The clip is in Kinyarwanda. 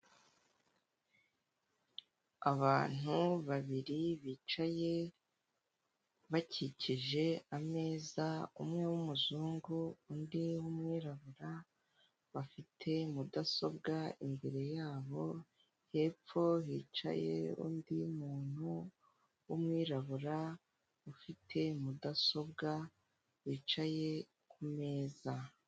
Abantu babiri bicaye bakikije ameza umwe w'umuzungu, undi w'umwirabura, bafite mudasobwa imbere yabo, hepfo hicaye undi muntu w'umwirabura ufite mudasobwa wicaye ku meza.